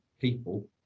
people